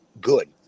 good